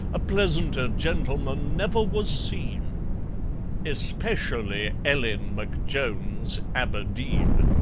a pleasanter gentleman never was seen especially ellen mcjones aberdeen.